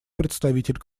представитель